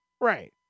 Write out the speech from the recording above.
Right